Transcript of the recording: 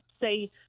say